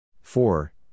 four